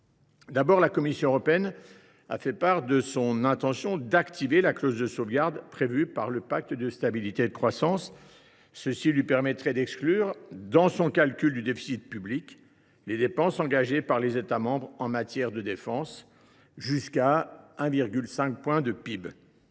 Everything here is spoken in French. La Commission européenne a d’abord fait part de son intention d’activer la clause de sauvegarde prévue dans le pacte de stabilité et de croissance. Cela lui permettrait d’exclure, dans son calcul du déficit public, les dépenses engagées par les États membres en matière de défense, jusqu’à 1,5 % de leur PIB.